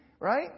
right